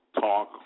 talk